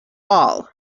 all